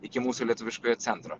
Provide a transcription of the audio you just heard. iki mūsų lietuviškojo centro